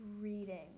Reading